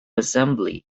assembly